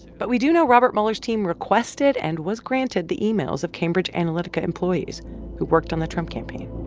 but we do know robert mueller's team requested and was granted the emails of cambridge analytica employees who worked on the trump campaign